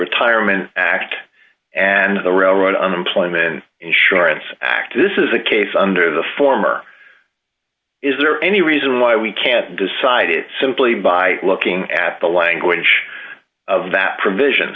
retirement act and the railroad unemployment insurance act this is a case under the former is there any reason why we can't decide it simply by looking at the language of that provision